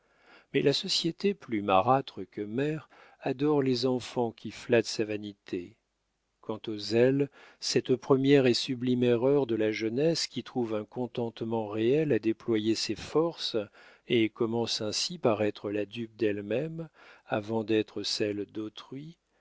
mais la société plus marâtre que mère adore les enfants qui flattent sa vanité quant au zèle cette première et sublime erreur de la jeunesse qui trouve un contentement réel à déployer ses forces et commence ainsi par être la dupe d'elle-même avant d'être celle d'autrui